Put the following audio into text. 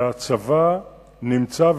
הצבא נמצא,